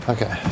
Okay